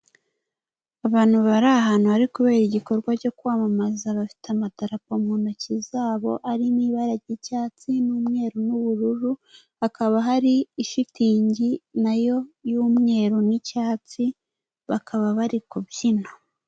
Abantu bari ahantu hari kubera igikorwa cyo kwamamaza, bafite amadarapo mu ntoki zabo arimo ibara ry'icyatsi n'umweru n'ubururu, hakaba hari ishitingi na yo y'umweru n'icyatsi, bakaba bari kubyina.